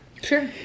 Sure